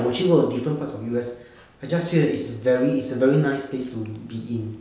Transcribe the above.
ya 我去过 different parts of U_S I just feel that it's very it's a very nice place to be in